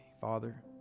Father